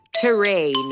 terrain